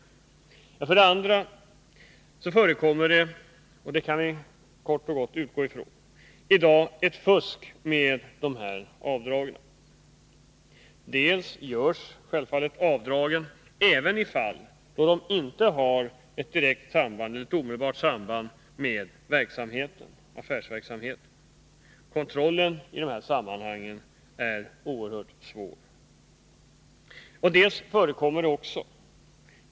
För det andra förekommer det i dag — det kan vi utgå ifrån — ett fusk med de här avdragen. De görs även i de fall då kostnaderna inte har ett omedelbart samband med affärsverksamheten. Kontrollen i det avseendet är oerhört svår att genomföra.